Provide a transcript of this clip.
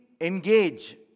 engage